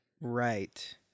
Right